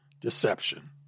deception